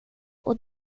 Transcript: och